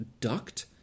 duct